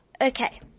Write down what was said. Okay